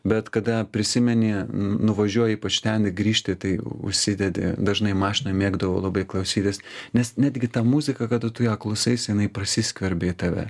bet kada prisimeni nuvažiuoji ypač ten ir grįžti tai užsidedi dažnai mašinoj mėgdavau labai klausytis nes netgi ta muzika kada tu ją klausaisi jinai prasiskverbia į tave